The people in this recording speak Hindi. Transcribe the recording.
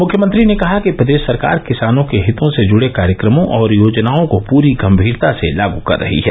मुख्यमंत्री ने कहा कि प्रदेश सरकार किसानों के हितों से जुड़े कार्यक्रमों और योजनाओं को पूरी गम्मीरता से लागू कर रही है